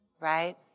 right